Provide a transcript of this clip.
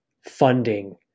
funding